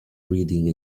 reading